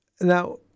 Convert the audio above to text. now